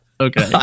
Okay